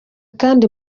kandi